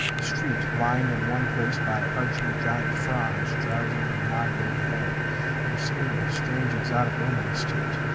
the street lined in one place by arching giant fronds drowsing and nodding overhead there seemed a strange exotic romance to it.